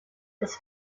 ist